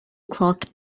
clock